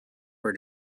were